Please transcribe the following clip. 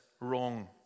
wrong